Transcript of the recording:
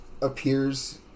appears